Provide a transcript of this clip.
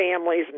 families